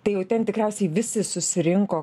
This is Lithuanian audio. tai jau ten tikriausiai visi susirinko